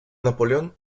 napoleón